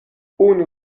unu